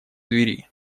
двери